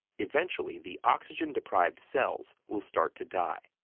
eventually, the oxygen-deprived cells will start to die,